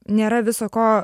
nėra viso ko